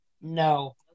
No